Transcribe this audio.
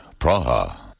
Praha